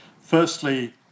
firstly